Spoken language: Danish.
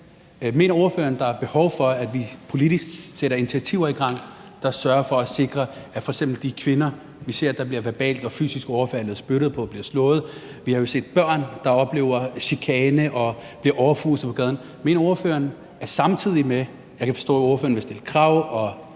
Mener ordføreren, at der er behov for, at vi politisk sætter initiativer i gang, der sørger for at sikre f.eks. de kvinder, vi ser blive verbalt og fysisk overfaldet, som bliver spyttet på og slået? Vi har jo set børn, der oplever chikane, og som bliver overfuset på gaden. Og jeg kan forstå, at ordføreren vil stille krav i